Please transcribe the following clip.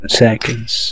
seconds